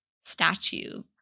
statue